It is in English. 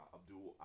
Abdul